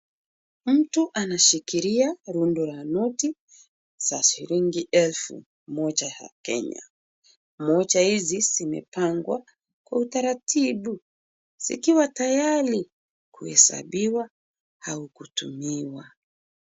Mtu anashikilia rundo la noti za shilingi elfu moja ya Kenya. Moja hizi zimepangwa kwa utaratibu, zikiwa tayari kuhesabiwa au kutumiwa.